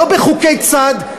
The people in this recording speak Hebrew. לא בחוקי צד.